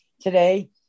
today